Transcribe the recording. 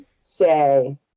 say